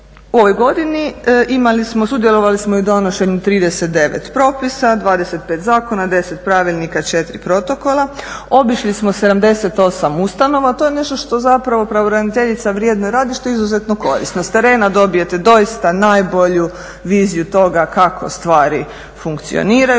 U ovoj godini sudjelovali smo i u donošenju 39 propisa, 25 zakona, 10 pravilnika, 4 protokola. Obišli smo 78 ustanova. To je nešto što zapravo pravobraniteljica vrijedno radi i što je izuzetno korisno. S terena dobijete doista najbolju viziju toga kako stvari funkcioniraju